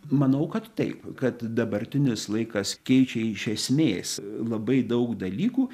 manau kad taip kad dabartinis laikas keičia iš esmės labai daug dalykų